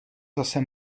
zase